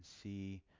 see